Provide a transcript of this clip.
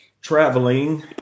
traveling